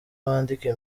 wandike